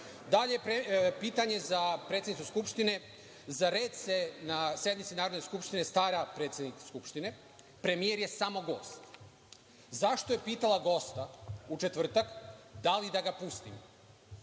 pitanje za predsednicu Skupštine, za red se na sednici Narodne skupštine stara predsednik Skupštine, premijer je samo gost. Zašto je pitala gosta u četvrtak, da li da ga pustim?